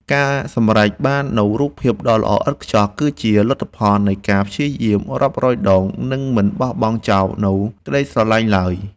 ការសម្រេចបាននូវរូបភាពដ៏ល្អឥតខ្ចោះ គឺជាលទ្ធផលនៃការព្យាយាមរាប់រយដង និងមិនបោះបង់ចោលនូវក្តីស្រមៃឡើយ។